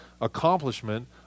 accomplishment